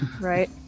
right